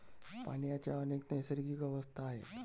पाण्याच्या अनेक नैसर्गिक अवस्था आहेत